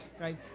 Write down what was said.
right